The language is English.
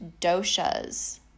doshas